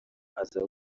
aza